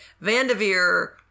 Vanderveer